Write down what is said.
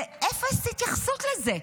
ואפס להתייחסות לזה.